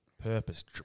purpose